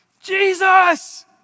Jesus